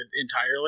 entirely